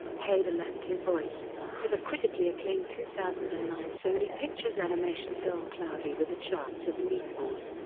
hader lent his voice to the critically acclaimed two thousand and nine sony pictures animation film cloudy with a chance of meatballs,